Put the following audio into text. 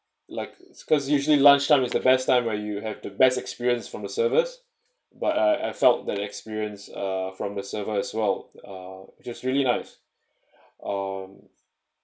like because usually lunchtime is the best time where you have the best experience from the service but I I felt that experience uh from the server as well uh just really nice um